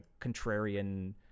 contrarian